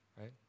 Right